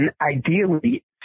ideally